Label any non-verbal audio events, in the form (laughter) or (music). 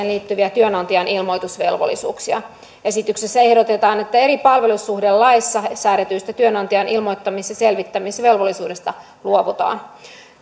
(unintelligible) liittyviä työnantajan ilmoitusvelvollisuuksia esityksessä ehdotetaan että eri palvelussuhdelaeissa säädetystä työnantajan ilmoittamis ja selvittämisvelvollisuudesta luovutaan